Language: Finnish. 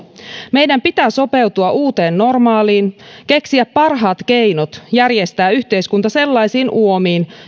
meidän pitää sopeutua uuteen normaaliin keksiä parhaat keinot järjestää yhteiskunta sellaisiin uomiin